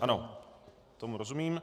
Ano, tomu rozumím.